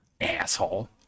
asshole